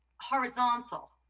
horizontal